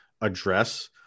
address